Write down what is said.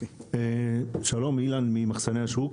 שלום, אילן ממחסני השוק.